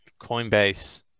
Coinbase